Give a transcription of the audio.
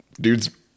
Dudes